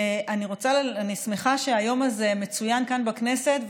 אני שמחה שהיום הזה מצוין כאן בכנסת,